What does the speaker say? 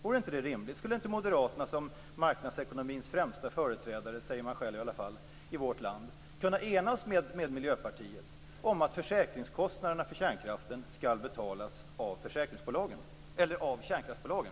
Vore inte det rimligt? Skulle inte Moderaterna som marknadsekonomins främsta företrädare i vårt land, säger man själv i alla fall, kunna enas med Miljöpartiet om att försäkringskostnaderna för kärnkraften skall betalas av kärnkraftsbolagen?